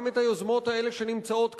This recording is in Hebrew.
גם את היוזמות האלה שנמצאות כאן,